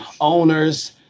owners